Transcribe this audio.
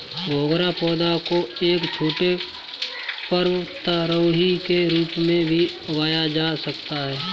मोगरा पौधा को एक छोटे पर्वतारोही के रूप में भी उगाया जा सकता है